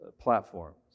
platforms